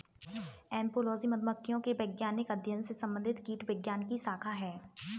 apiology मधुमक्खियों के वैज्ञानिक अध्ययन से संबंधित कीटविज्ञान की शाखा है